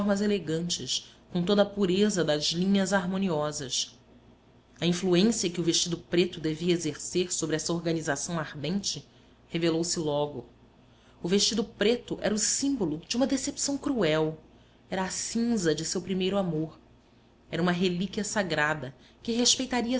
formas elegantes com toda a pureza das linhas harmoniosas a influência que o vestido preto devia exercer sobre essa organização ardente revelou-se logo o vestido preto era o símbolo de uma decepção cruel era a cinza de seu primeiro amor era uma relíquia sagrada que respeitaria